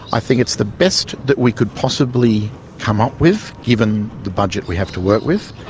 i think it's the best that we could possibly come up with, given the budget we have to work with.